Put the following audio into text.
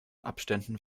abständen